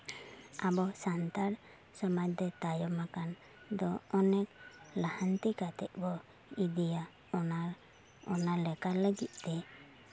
ᱟᱵᱚ ᱥᱟᱱᱛᱟᱲ ᱥᱚᱢᱟᱡᱽ ᱫᱚ ᱛᱟᱭᱚᱢ ᱟᱠᱟᱱ ᱫᱚ ᱚᱱᱮᱠ ᱞᱟᱦᱟᱱᱛᱤ ᱠᱟᱛᱮᱫ ᱵᱚᱱ ᱤᱫᱤᱭᱟ ᱚᱱᱟ ᱚᱱᱟ ᱞᱮᱠᱟ ᱞᱟᱹᱜᱤᱫ ᱛᱮ